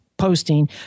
posting